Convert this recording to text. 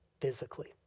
physically